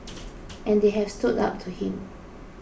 and they have stood up to him